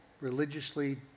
religiously